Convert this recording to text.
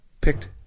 picked